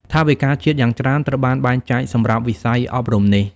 ថវិកាជាតិយ៉ាងច្រើនត្រូវបានបែងចែកសម្រាប់វិស័យអប់រំនេះ។